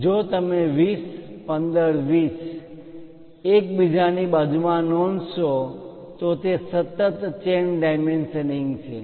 જો તમે 20 15 20 એકબીજાની બાજુમાં નોંધશો અને તે સતત ચેન ડાયમેન્શનિંગ છે